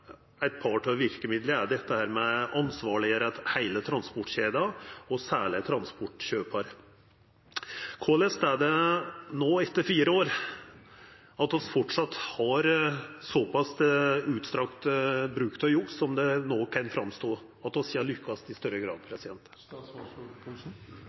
eit par av verkemidla bl.a. er dette med å ansvarleggjera heile transportkjeda, og særleg transportkjøpar. Korleis kan det ha seg at vi no, etter fire år, framleis har såpass utstrakt bruk av juks som det no ser ut til, og at vi ikkje har lukkast i større grad?